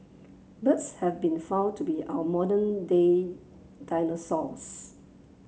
birds have been found to be our modern day dinosaurs